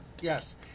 Yes